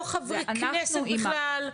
זה לא חברי כנסת בכלל.